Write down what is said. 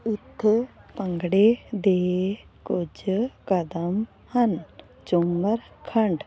ਇੱਥੇ ਭੰਗੜੇ ਦੇ ਕੁਛ ਕਦਮ ਹਨ ਝੂਮਰ ਖੰਡ